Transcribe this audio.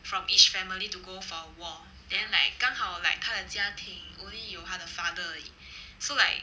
from each family to go for a war then like 刚好 like 她的家庭 only 有她的 father 而已 so like